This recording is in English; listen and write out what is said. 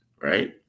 right